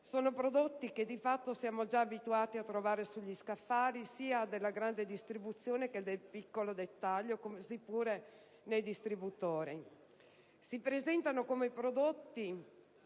confezionati e che siamo già da un po' abituati a trovare sugli scaffali, sia della grande distribuzione che del piccolo dettaglio, come pure nei distributori. Si presentano come prodotti